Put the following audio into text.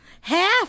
half